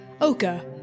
Oka